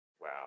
Wow